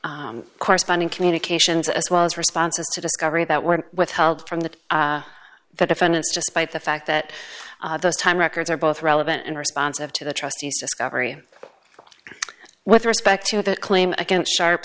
and corresponding communications as well as responses to discovery that were withheld from the the defendants despite the fact that the time records are both relevant and responsive to the trustees discovery with respect to that claim against sharp